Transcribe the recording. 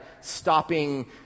stopping